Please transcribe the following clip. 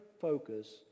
focus